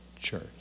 church